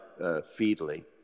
Feedly